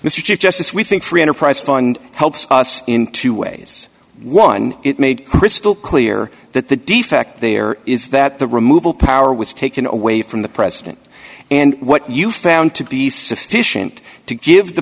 chief justice we think free enterprise fund helps us in two ways one it made crystal clear that the defect there is that the removal power was taken away from the president and what you found to be sufficient to give the